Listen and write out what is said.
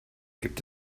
gibt